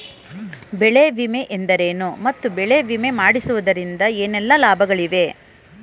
ಬೆಳೆ ವಿಮೆ ಎಂದರೇನು ಮತ್ತು ಬೆಳೆ ವಿಮೆ ಮಾಡಿಸುವುದರಿಂದ ಏನೆಲ್ಲಾ ಲಾಭಗಳಿವೆ?